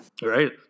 Right